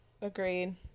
agreed